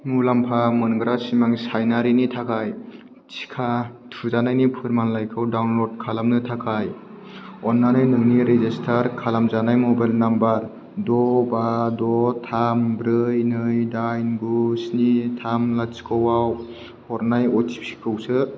मुलाम्फा मोनग्रा सिमां सायनारिनि थाखाय टिका थुजानायनि फोरमानलाइखौ डाउनलड खालामनो थाखाय अन्नानै नोंनि रेजिस्टार खालामजानाय मबाइल नाम्बार द' बा द' थाम ब्रै नै दाइन गु स्नि थाम लाथिख'आव हरनाय अटिपि खौ सो